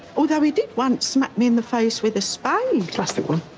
although he did once um i mean the face with a spade. plastic one,